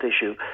issue